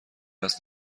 است